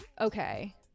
okay